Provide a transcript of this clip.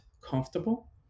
comfortable